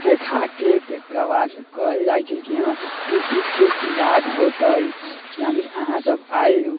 देखा कऽ तकरा बाद कहल जाइत छै कि हँ ई चीजके इलाज होतय यानि अहाँसभ आउ